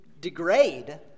degrade